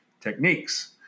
techniques